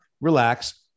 relax